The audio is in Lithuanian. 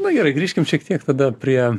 nu gerai grįžkim šiek tiek tada prie